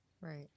right